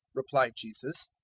replied jesus,